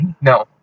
No